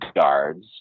guards